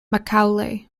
macaulay